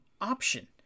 option